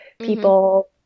people